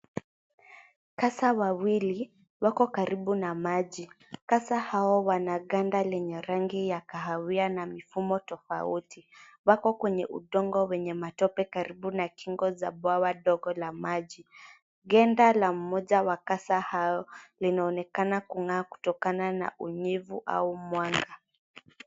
Kasa wawili wako karibu na maji kasa hao wana kanda lenye rangi ya kahawia na mifumo tofouti . Wako kwenye udongo wenye matope karibu na mingi za bwawa ndogo la maji .kenda la moja wa kasa hao linaonekana kungaa kutokana na unyevu au mwanga .